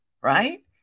Right